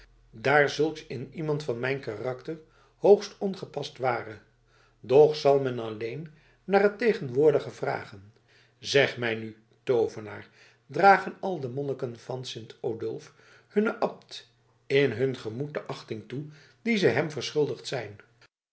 daar zulks in iemand van mijn karakter hoogst ongepast ware doch zal hem alleen naar het tegenwoordige vragen zeg mij nu toovenaar dragen al de monniken van sint odulf hunnen abt in hun gemoed de achting toe die zij hem verschuldigd zijn